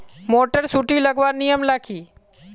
Motor सुटी लगवार नियम ला की?